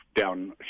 down